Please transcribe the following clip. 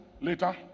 later